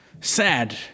sad